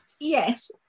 Yes